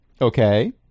Okay